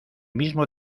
mismo